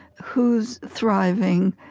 who's thriving,